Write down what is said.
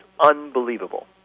unbelievable